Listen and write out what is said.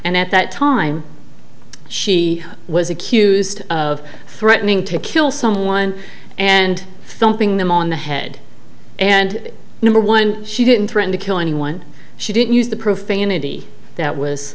and at that time she was accused of threatening to kill someone and dumping them on the head and number one she didn't threaten to kill anyone she didn't use the profanity that was